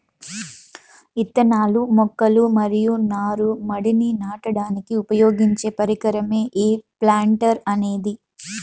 ఇత్తనాలు, మొక్కలు మరియు నారు మడిని నాటడానికి ఉపయోగించే పరికరమే ఈ ప్లాంటర్ అనేది